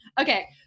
Okay